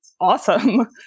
awesome